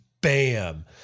bam